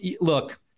Look